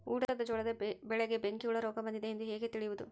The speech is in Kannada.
ಊಟದ ಜೋಳದ ಬೆಳೆಗೆ ಬೆಂಕಿ ಹುಳ ರೋಗ ಬಂದಿದೆ ಎಂದು ಹೇಗೆ ತಿಳಿಯುವುದು?